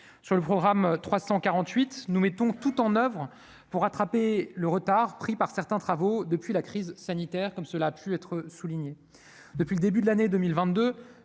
sur le programme 348 nous mettons tout en oeuvre pour rattraper le retard pris par certains travaux depuis la crise sanitaire comme cela a pu être souligné depuis le début de l'année 2022